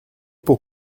pour